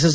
S